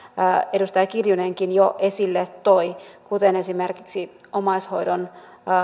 edustaja kiljunenkin jo esille toi kuten esimerkiksi omaishoidon